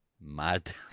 Mad